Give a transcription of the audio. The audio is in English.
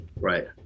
Right